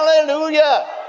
Hallelujah